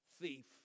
thief